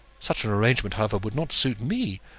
such an arrangement, however, would not suit me.